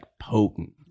potent